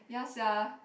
ya sia